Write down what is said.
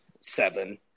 Seven